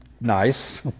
nice